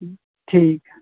ठीक है